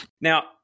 Now